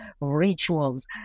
rituals